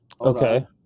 Okay